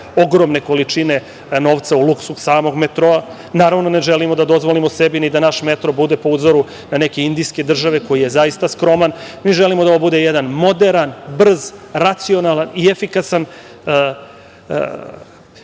ogromne količine novca u luksuz samog metroa. Naravno, ne želimo da dozvolimo sebi da naš metro bude po uzoru na neke indijske države, koji je zaista skroman. Mi želimo da ovo bude jedan moderan, brz, racionalan i efikasan